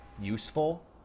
useful